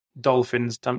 dolphins